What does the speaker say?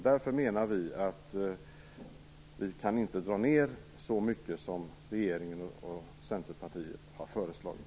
Därför menar vi att vi inte kan dra ned så mycket som regeringen och Centerpartiet har föreslagit.